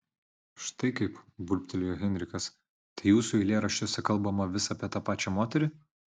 štai kaip burbtelėjo heinrichas tai jūsų eilėraščiuose kalbama vis apie tą pačią moterį